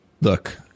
look –